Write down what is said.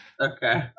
Okay